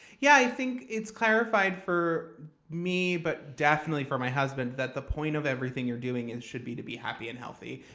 yeah, i think it's clarified for me, but definitely for my husband, that the point of everything you're doing is should be to be happy and healthy.